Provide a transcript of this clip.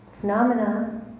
Phenomena